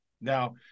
now